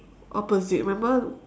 opposite remember